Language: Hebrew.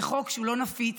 זה חוק שהוא לא נפיץ